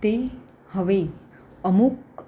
તે હવે અમુક